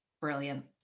Brilliant